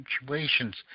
situations